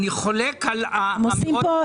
אבל אני חולק על האמירות הפוליטיות.